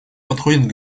подходит